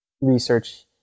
research